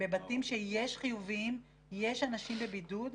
בבתים שיש חיוביים, יש אנשים בבידוד.